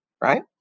right